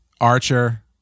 Archer